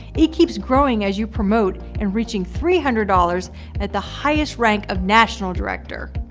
it keeps growing as you promote in reaching three hundred dollars at the highest rank of national director.